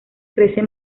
crece